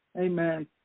Amen